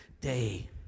day